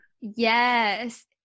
Yes